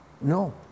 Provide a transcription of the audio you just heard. No